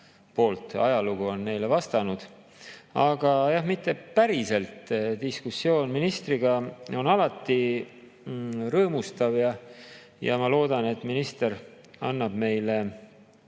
ajas, ajalugu on neile vastanud. Aga mitte päriselt. Diskussioon ministriga on alati rõõmustav ja ma loodan, et minister annab meile